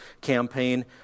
campaign